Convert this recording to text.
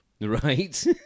Right